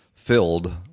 filled